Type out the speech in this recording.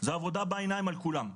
זה עבודה בעיניים על כולם.